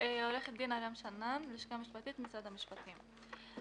עו"ד אראם שנאן, לשכה משפטית, משרד המשפטים.